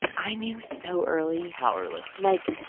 i knew so early how early? like,